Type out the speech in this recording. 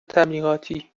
تبلیغاتی